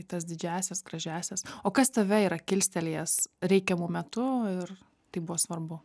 į tas didžiąsias gražiąsias o kas tave yra kilstelėjęs reikiamu metu ir tai buvo svarbu